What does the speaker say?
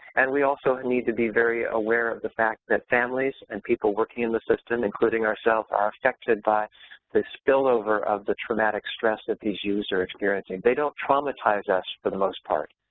and we also need to be very aware of the fact that families and people working in the system, including ourselves, are affected by the spillover of the traumatic stress that these youths are experiencing. they don't traumatize us for the most part,